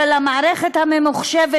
של המערכת הממוחשבת,